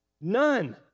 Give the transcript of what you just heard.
None